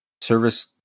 Service